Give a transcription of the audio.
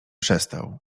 przestał